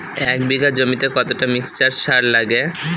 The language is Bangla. এক বিঘা জমিতে কতটা মিক্সচার সার লাগে?